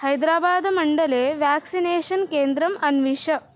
हैद्राबाद् मण्डले व्याक्सिनेषन् केन्द्रम् अन्विष